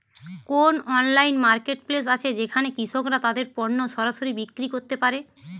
কোন online marketplace আছে যেখানে কৃষকরা তাদের পণ্য সরাসরি বিক্রি করতে পারে?